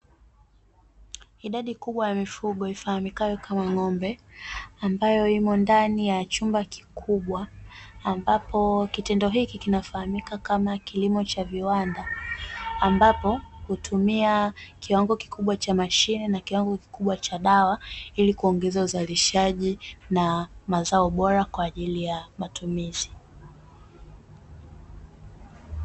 Idadi kubwa ya mifugo ifahamikayo kama ng'ombe ambayo imo ndani ya chumba kikubwa ambapo kitendo hiki kinafahamika kama kilimo cha viwanda ambapo hutumia kiwango kikubwa cha mashine na kiwango kikubwa cha dawa ili kuongeza uzalishaji na mazao bora kwa ajili ya matumizi .